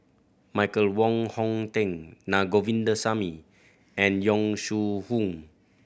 Michael Wong Hong Teng Na Govindasamy and Yong Shu Hoong